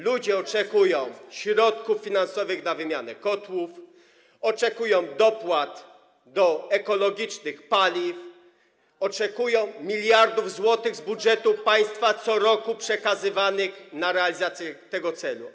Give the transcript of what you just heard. Ludzie oczekują środków finansowych na wymianę kotłów, oczekują dopłat do ekologicznych paliw, oczekują miliardów złotych z budżetu państwa co roku przekazywanych na realizację tego celu.